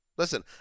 Listen